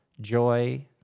joy